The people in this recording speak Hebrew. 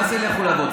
מה זה "לכו לעבוד",